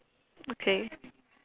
okay